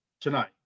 tonight